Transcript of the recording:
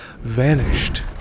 vanished